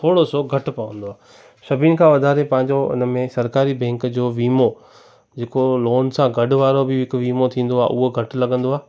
थोरो सो घटि पवंदो आहे सभिनि खां वधारे पंहिंजो उन में सरकारी बैंक जो वीमो जेको लोन सां गॾु वारो बि हिकु वीमो थींदो आहे उहो घटि लॻंदो आहे